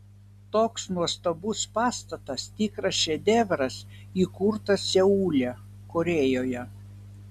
toks nuostabus pastatas tikras šedevras įkurtas seule korėjoje